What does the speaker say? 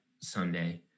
Sunday